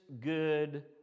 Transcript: good